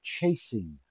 chasing